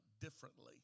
differently